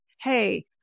hey